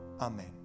amen